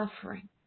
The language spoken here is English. suffering